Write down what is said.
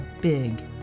big